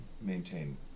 maintain